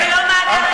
אבל זה לא מאגר אחד.